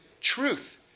truth